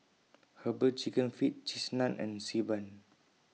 Herbal Chicken Feet Cheese Naan and Xi Ban